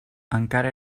encara